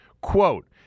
Quote